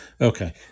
Okay